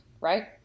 right